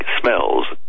smells